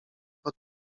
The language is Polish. pod